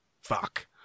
fuck